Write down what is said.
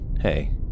hey